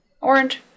orange